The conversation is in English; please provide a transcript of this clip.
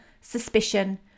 suspicion